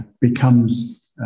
becomes